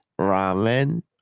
Ramen